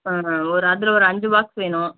ஆஹ ஒரு அதில் ஒரு அஞ்சு பாக்ஸ் வேணும்